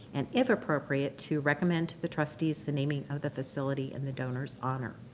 and if appropriate, to recommend to the trustees the naming of the facility in the donors' honor.